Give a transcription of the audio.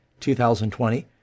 2020